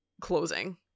closing